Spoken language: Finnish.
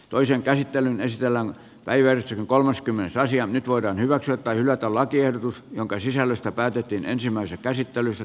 toisen käsittelyn väisälän kaiversi kolmas kymmenettä nyt voidaan hyväksyä tai hylätä lakiehdotus jonka sisällöstä päätettiin ensimmäisessä käsittelyssä